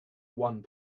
one